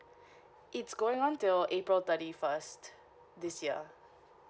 it's going on till april thirty first this year